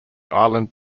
island